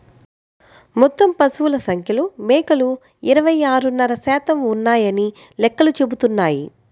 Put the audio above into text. మొత్తం పశువుల సంఖ్యలో మేకలు ఇరవై ఆరున్నర శాతం ఉన్నాయని లెక్కలు చెబుతున్నాయి